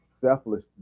selfless